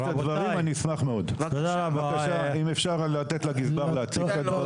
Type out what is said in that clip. אשמח מאוד אם תוכל לתת לגזבר להציג את הדברים.